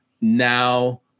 now